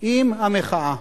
עם המחאה.